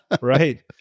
Right